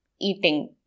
eating